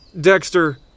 Dexter